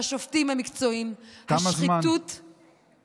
כשהשופטים הם מקצועיים, השחיתות, תם הזמן.